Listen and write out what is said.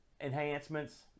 enhancements